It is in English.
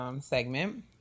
segment